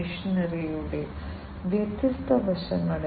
SCADA യ്ക്ക് വ്യത്യസ്ത ഘടകങ്ങളുണ്ട്